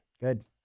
Good